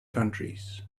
countries